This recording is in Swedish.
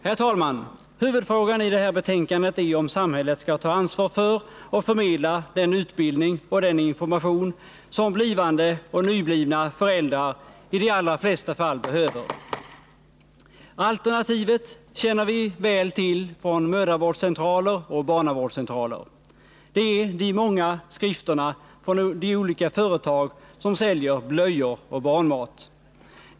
Herr talman! Huvudfrågan i det här betänkandet är om samhället skall ta ansvar för och förmedla den utbildning och den information som blivande och nyblivna föräldrar i de allra flesta fall behöver. Alternativet känner vi väl till ftån mödravårdscentraler och barnavårdscentraler — det är de många skrifterna från de olika företag, som säljer blöjor och barnmat.